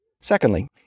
Secondly